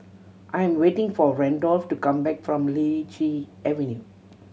I am waiting for Randolph to come back from Lichi Avenue